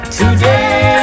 today